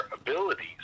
abilities